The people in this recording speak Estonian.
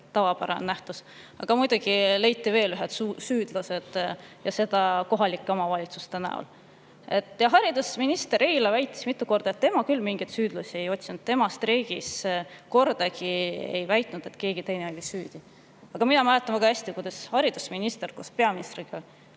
tavapärane nähtus. Aga muidugi leiti veel ühed süüdlased, nimelt kohalike omavalitsuste näol. Haridusminister aga väitis eile mitu korda, et tema küll mingeid süüdlasi ei otsinud, tema ei väitnud streigi ajal kordagi, et keegi teine on süüdi. Aga mina mäletan väga hästi, kuidas haridusminister koos peaministriga